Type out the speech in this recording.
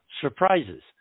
surprises